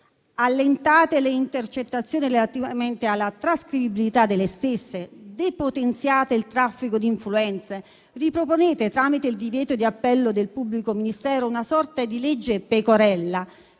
allentate le intercettazioni relativamente alla loro trascrivibilità, depotenziate il traffico di influenze e riproponete, tramite il divieto di appello del pubblico ministero, una sorta di legge Pecorella